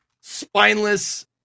spineless